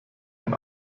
ein